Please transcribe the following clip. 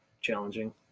challenging